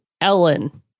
Ellen